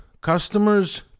customers